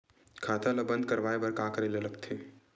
खाता ला बंद करवाय बार का करे ला लगथे?